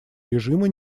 режима